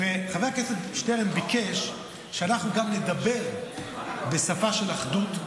חבר הכנסת שטרן ביקש שאנחנו גם נדבר בשפה של אחדות,